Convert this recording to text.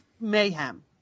mayhem